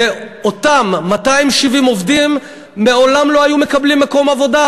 ואותם 270 עובדים מעולם לא היו מקבלים מקום עבודה,